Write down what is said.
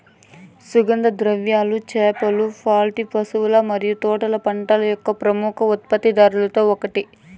సుగంధ ద్రవ్యాలు, చేపలు, పౌల్ట్రీ, పశువుల మరియు తోటల పంటల యొక్క ప్రముఖ ఉత్పత్తిదారులలో ఒకటి